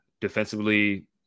defensively